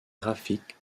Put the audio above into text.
graphique